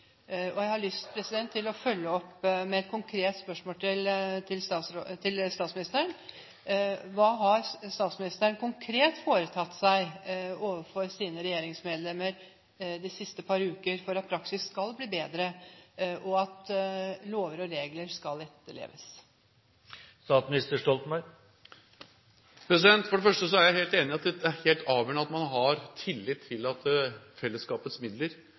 Jeg har lyst til å følge opp med et konkret spørsmål til statsministeren: Hva har statsministeren konkret foretatt seg overfor sine regjeringsmedlemmer de siste par uker for at praksis skal bli bedre, og for at lover og regler skal etterleves? For det første er jeg helt enig i at det er helt avgjørende at man har tillit til at fellesskapets midler